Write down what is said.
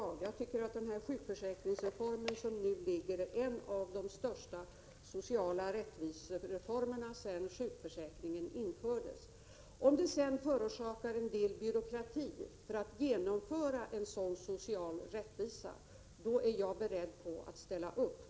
75 Jag tycker att den sjukförsäkringsreform som nu föreslagits är en av de största sociala rättvisereformerna sedan sjukförsäkringen infördes. Om genomförandet av en sådan social rättvisa skulle förorsaka en del byråkrati, är jag beredd att acceptera detta.